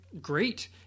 Great